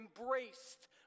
embraced